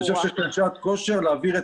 אני חושב שיש כאן שעת כושר להעביר את